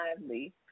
lively